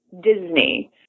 Disney